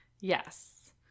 Yes